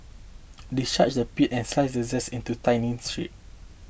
discharge the pith and slice the zest into thinning strip